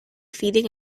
feeding